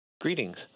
Greetings